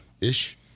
Ish